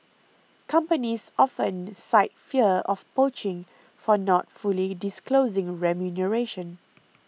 companies often cite fear of poaching for not fully disclosing remuneration